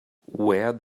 where